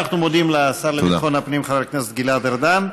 אנחנו מודים לשר לביטחון הפנים חבר הכנסת גלעד ארדן.